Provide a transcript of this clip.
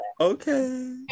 okay